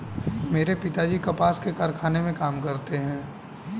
मेरे पिताजी कपास के कारखाने में काम करते हैं